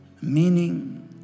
meaning